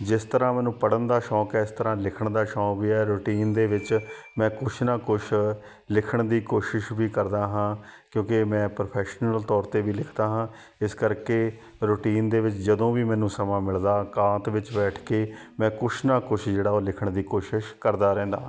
ਜਿਸ ਤਰ੍ਹਾਂ ਮੈਨੂੰ ਪੜ੍ਹਨ ਦਾ ਸ਼ੌਂਕ ਹੈ ਇਸ ਤਰਾਂ ਲਿਖਣ ਦਾ ਸ਼ੌਂਕ ਵੀ ਹੈ ਰੂਟੀਨ ਦੇ ਵਿੱਚ ਮੈਂ ਕੁਛ ਨਾ ਕੁਛ ਲਿਖਣ ਦੀ ਕੋਸ਼ਿਸ਼ ਵੀ ਕਰਦਾ ਹਾਂ ਕਿਉਂਕਿ ਮੈਂ ਪ੍ਰੋਫੈਸ਼ਨਲ ਤੌਰ 'ਤੇ ਵੀ ਲਿਖਦਾ ਹਾਂ ਇਸ ਕਰਕੇ ਰੂਟੀਨ ਦੇ ਵਿੱਚ ਜਦੋਂ ਵੀ ਮੈਨੂੰ ਸਮਾਂ ਮਿਲਦਾ ਇਕਾਂਤ ਵਿੱਚ ਬੈਠ ਕੇ ਮੈਂ ਕੁਛ ਨਾ ਕੁਛ ਜਿਹੜਾ ਉਹ ਲਿਖਣ ਦੀ ਕੋਸ਼ਿਸ਼ ਕਰਦਾ ਰਹਿੰਦਾ ਹਾਂ